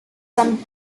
some